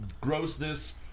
grossness